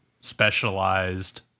specialized